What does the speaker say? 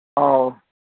ꯑꯥꯎ